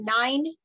nine